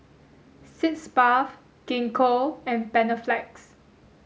Sitz Bath Gingko and Panaflex